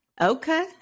Okay